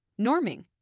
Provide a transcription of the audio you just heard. Norming